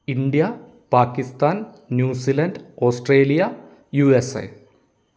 India Pakistan new zealand Australia USA